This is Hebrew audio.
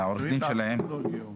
עורך הדין שלהם, גיאת נאצר.